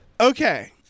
Okay